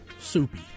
soupy